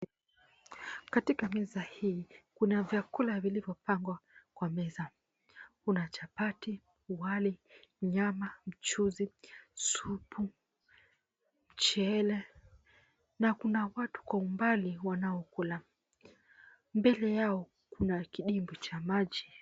Katika meza hii kuna vyakula vilivyopangwa kwa meza kuna chapati, wali, nyama, mchuzi, supu, mchele na kuna watu kwa umbali wanaokula, mbele yao kuna kidimbwi cha maji.